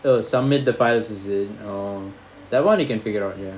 oh submit the files is it oh that one we can figure out ya